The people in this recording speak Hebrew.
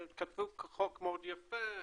החוק כתוב מאוד יפה,